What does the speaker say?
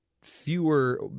fewer